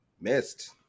Missed